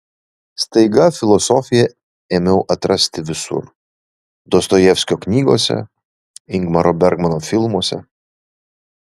staiga filosofiją ėmiau atrasti visur dostojevskio knygose ingmaro bergmano filmuose